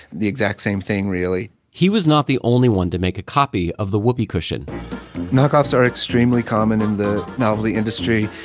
the exact same thing really he was not the only one to make a copy of the whoopee cushion knockoffs are extremely common in the novelty industry.